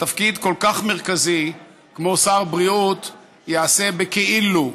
שתפקיד כל כך מרכזי כמו שר בריאות יעשה בכאילו,